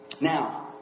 now